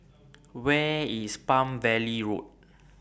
Where IS Palm Valley Road